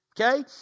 Okay